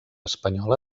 espanyola